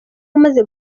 umaze